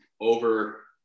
over